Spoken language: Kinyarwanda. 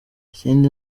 ikindi